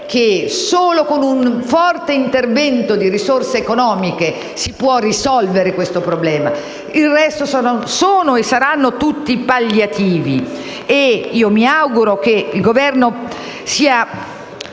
che solo con un forte intervento di risorse economiche si può risolvere il problema. Il resto sono e saranno solo palliativi. Mi auguro che il Governo sia